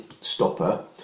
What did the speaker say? stopper